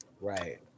Right